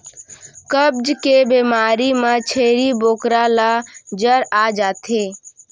कब्ज के बेमारी म छेरी बोकरा ल जर आ जाथे